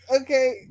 Okay